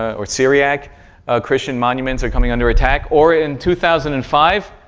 or syriac christian monuments are coming under attack, or in two thousand and five,